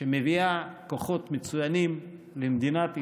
שמביאה כוחות מצוינים למדינת ישראל,